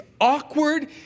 awkward